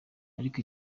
ariko